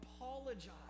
Apologize